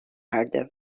erdi